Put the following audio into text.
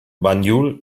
banjul